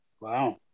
Wow